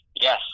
Yes